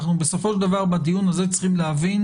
בסופו של דבר בדיון הזה אנחנו צריכים להבין,